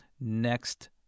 next